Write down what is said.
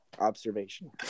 observation